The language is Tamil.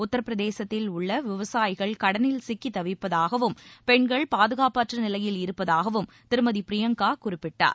உத்தரப்பிரதேசத்தில் உள்ள விவசாயிகள் கடனில் சிக்கித் தவிப்பதாகவும் பெண்கள் பாதுகாப்பற்ற நிலையில் இருப்பதாகவும் திருமதி பிரியங்கா குறிப்பிட்டார்